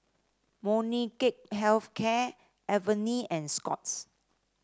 Molnylcke Health Care Avene and Scott's